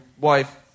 wife